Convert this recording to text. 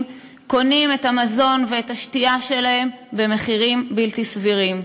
קונים את המזון ואת השתייה שלהם במחירים בלתי סבירים.